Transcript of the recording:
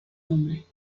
nombre